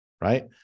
right